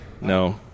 No